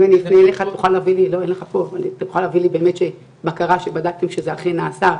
אם אני אפנה אליך תוכל להביא לך בקרה שבדקתם שזה אכן נעשה,